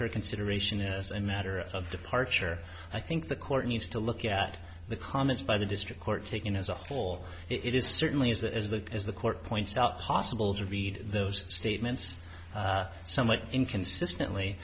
her consideration as a matter of departure i think the court needs to look at the comments by the district court taken as a whole it is certainly is that as the as the court pointed out possible to read those statements somewhat inconsistently